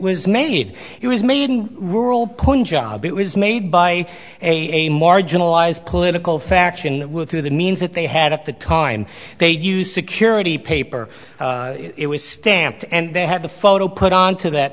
was made it was made in rural point job it was made by a marginalized political faction with through the means that they had at the time they used security paper it was stamped and they had the photo put on to that